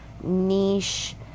niche